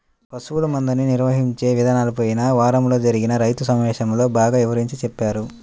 పశువుల మందని నిర్వహించే ఇదానాలను పోయిన వారంలో జరిగిన రైతు సమావేశంలో బాగా వివరించి చెప్పారు